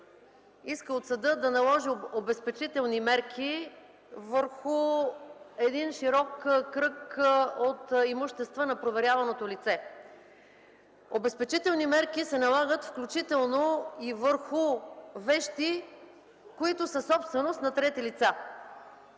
иска от съда да наложи обезпечителни мерки върху широк кръг от имущества на проверяваното лице. Обезпечителни мерки се налагат включително и върху вещи, които са собственост на трети лица.